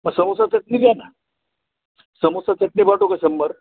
मग समोसा चटणी घ्या ना समोसा चटणी पाठवू का शंभर